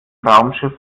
raumschiff